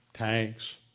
Tanks